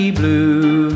blue